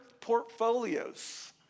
portfolios